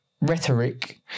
rhetoric